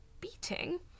beating